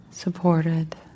supported